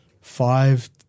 five